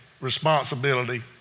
responsibility